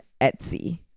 Etsy